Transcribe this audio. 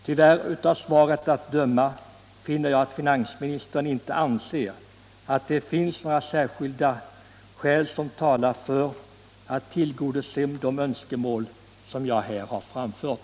Men av svaret att döma anser finansministern tyvärr inte att det finns några särskilda skäl som talar för att man skall tillgodose de önskemål som jag har framfört.